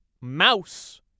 mouse